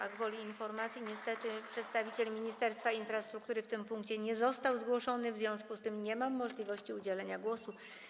A gwoli informacji, niestety przedstawiciel Ministerstwa Infrastruktury do tego punktu nie został zgłoszony, w związku z czym nie mam możliwości udzielenia głosu.